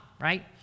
right